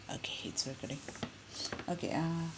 okay it's recording okay uh